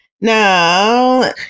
Now